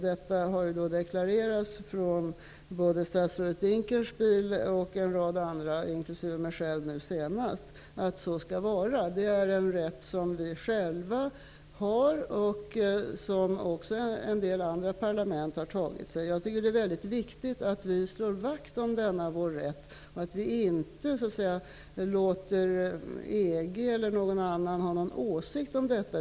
Det har deklarerats från både statsrådet Dinkelspiel och en rad andra, inklusive mig själv nu senast, att det skall vara så. Det är en rätt som vi själva har och som också en del parlament har tagit sig. Jag tycker att det är väldigt viktigt att vi slår vakt om denna vår rätt, att vi inte låter EG eller någon annan ha någon åsikt om detta.